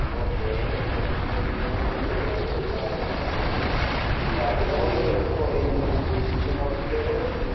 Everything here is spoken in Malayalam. ഓക്കേ നിങ്ങൾക്ക് ക്ഷീണമൊക്കെ ഉണ്ടെങ്കിൽ അത് വൈറല് ഫീവര് ആകാനാണ് ചാന്സ് പാരസെറ്റമോള് കഴിച്ചിട്ട് കുറയുന്നില്ലെങ്കില് നിങ്ങൾ ജസ്റ്റ് ഒന്ന് ഹോസ്പിറ്റല് വരെ വരേണ്ടി വരും